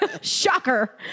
shocker